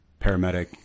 Paramedic